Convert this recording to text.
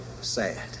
sad